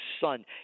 son